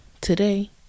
Today